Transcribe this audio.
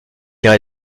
l’air